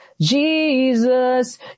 Jesus